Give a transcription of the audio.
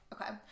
Okay